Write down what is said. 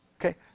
Okay